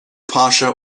pasha